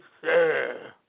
sir